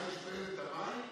במים.